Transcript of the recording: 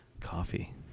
coffee